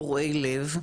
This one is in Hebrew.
קורעי לב.